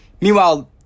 Meanwhile